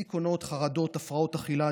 דיכאונות, חרדות, הפרעות אכילה.